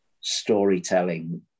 storytelling